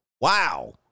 wow